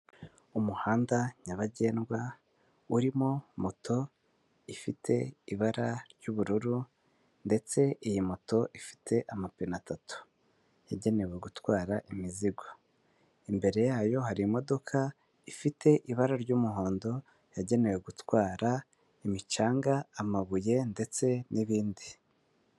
Umuhanda nyabagendwa urimo moto ifite ibara ry'ubururu ndetse iyi moto ifite amapine atatu, yagenewe gutwara imizigo, imbere yayo hari imodoka ifite ibara ry'umuhondo yagenewe gutwara imicanga, amabuye ndetse n'ibindi.